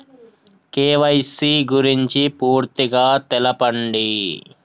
KYC గురించి పూర్తిగా తెలపండి?